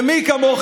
ומי כמוך,